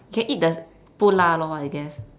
can eat the 不辣 lor I guess